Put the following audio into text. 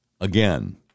again